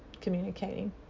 communicating